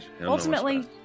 ultimately